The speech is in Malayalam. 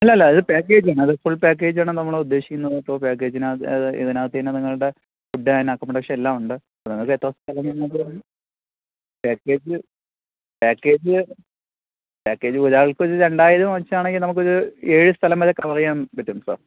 അല്ലല്ല അത് പാക്കേജ് ആണ് അത് ഫുൾ പാക്കേജ് ആണ് നമ്മള് ഉദ്ദേശിക്കുന്നത് അപ്പോള് പാക്കേജിനാണ് ഇതിനകത്തുതന്നെ നിങ്ങളുടെ ഫുഡ് ആൻഡ് അക്കോമഡേഷൻ എല്ലാം ഉണ്ട് അപ്പോള് നിങ്ങള്ക്ക് എത്ര സ്ഥലം പാക്കേജ് പാക്കേജ് പാക്കേജ് ഒരാൾക്കൊരു രണ്ടായിരം വച്ചാണെങ്കില് നമുക്കൊരു ഏഴു സ്ഥലം വരെ കവർ ചെയ്യാൻ പറ്റും സാർ